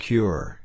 Cure